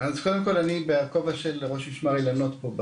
אני בכובע של ראש משמר האילנות פה,